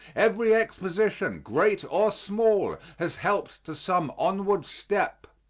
every exposition, great or small, has helped to some onward step.